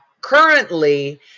currently